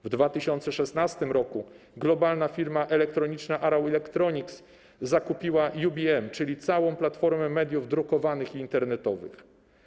W 2016 r. globalna firma elektroniczna Arrow Electronics zakupiła UBM, czyli całą platformę mediów drukowanych i internetowych.